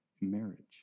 marriage